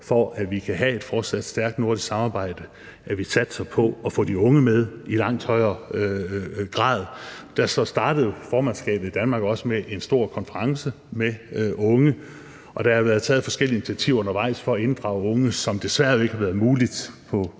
for at vi kan have et fortsat stærkt nordisk samarbejde, at vi satser på at få de unge med i langt højere grad. Derfor startede formandskabet Danmark også med en stor konference med unge, og der har været taget forskellige initiativer undervejs for at inddrage unge, hvilket desværre ikke har været muligt på